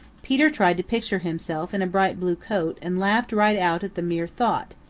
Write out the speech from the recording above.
peter tried to picture himself in a bright blue coat and laughed right out at the mere thought,